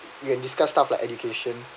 you can discuss stuff like education